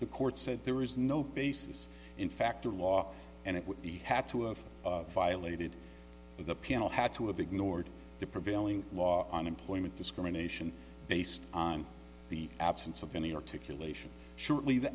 the court said there is no basis in fact or law and it would be had to of violated the piano had to have ignored the prevailing law on employment discrimination based on the absence of any articulation shortly